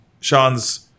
Sean's